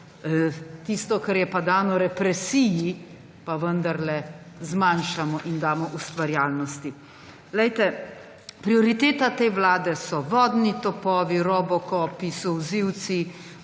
tisto, kar je dano represiji, vendarle zmanjšamo in damo ustvarjalnosti. Poglejte, prioriteta te vlade so vodni topovi, robokopi, solzivci,